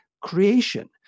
creation